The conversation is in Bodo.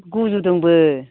गुजुदोंबो